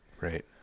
Right